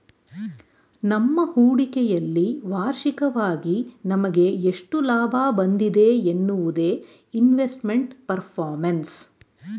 ನಮ್ಮ ಹೂಡಿಕೆಯಲ್ಲಿ ವಾರ್ಷಿಕವಾಗಿ ನಮಗೆ ಎಷ್ಟು ಲಾಭ ಬಂದಿದೆ ಎನ್ನುವುದೇ ಇನ್ವೆಸ್ಟ್ಮೆಂಟ್ ಪರ್ಫಾರ್ಮೆನ್ಸ್